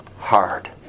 hard